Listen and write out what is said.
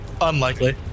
Unlikely